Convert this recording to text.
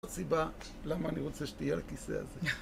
עוד סיבה למה אני רוצה שתהיה על הכיסא הזה.